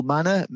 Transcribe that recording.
Manner